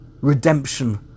redemption